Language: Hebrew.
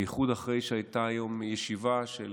בייחוד אחרי שהייתה היום ישיבה של